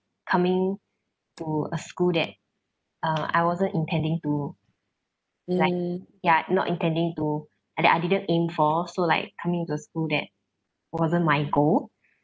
coming to a school that uh I wasn't intending to like ya not intending to and that I didn't aim for so like coming to school that wasn't my goal